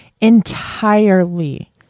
entirely